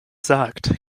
sagt